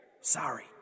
Sorry